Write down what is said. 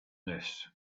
this